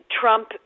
Trump